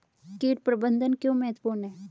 कीट प्रबंधन क्यों महत्वपूर्ण है?